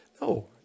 No